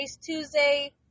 tuesday